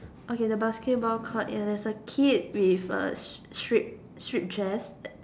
okay the basketball court ya there's a kid with a strip strip dress